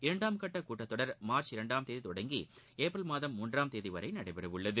இரண்டாம் கட்ட கூட்டத்தொடர் மார்ச் இரண்டாம் தேதி தொடங்கி ஏப்ரல் மாதம் மூன்றாம் தேதி வரை நடைபெறவுள்ளது